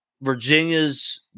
Virginia's